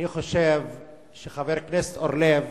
אני חושב שחבר הכנסת אורלב